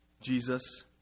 Jesus